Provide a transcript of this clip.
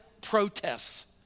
protests